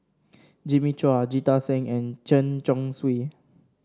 Jimmy Chua Jita Singh and Chen Chong Swee